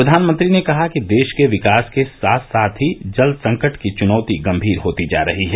प्रधानमंत्री ने कहा कि देश के विकास के साथ साथ ही जल संकट की चुनौती गंभीर होती जा रही है